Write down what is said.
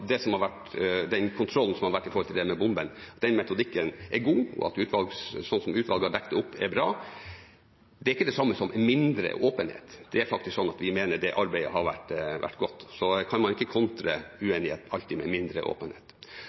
kontrollen som har vært når det gjelder bombene, den metodikken, er god, og at sånn som utvalget har dekket det opp, er bra, ikke er det samme som mindre åpenhet. Vi mener faktisk at det arbeidet har vært godt, så man kan ikke alltid kontre uenighet med mindre åpenhet.